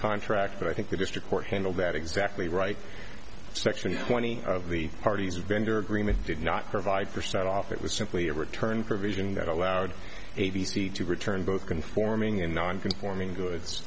contract but i think the district court handled that exactly right section twenty of the parties vendor agreement did not provide for sat off it was simply a return provision that allowed a b c to return both conforming and nonconforming good